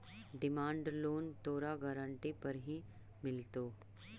demand loan तोरा guarantee पर ही मिलतो